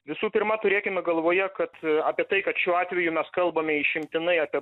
visų pirma turėkime galvoje kad apie tai kad šiuo atveju mes kalbame išimtinai apie